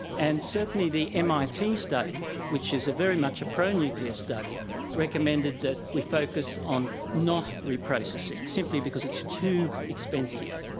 and certainly the mit study which is very much a pro-nuclear study recommended that we focus on not reprocessing, simply because it's too expensive.